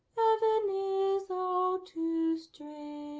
heav'n is all too strait